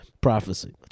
prophecy